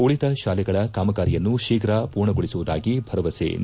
ಉಳಿದ ಶಾಲೆಗಳ ಕಾಮಗಾರಿಯನ್ನು ಶೀಘ್ರ ಪೂರ್ಣಗೊಳಿಸುವುದಾಗಿ ಭರವಸೆ ನೀಡಿದರು